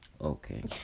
Okay